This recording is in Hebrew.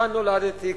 כאן נולדתי,